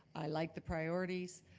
i like the priorities.